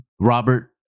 Robert